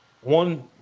one